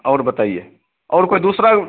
और बताइए और कोई दूसरा